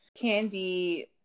Candy